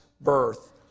birth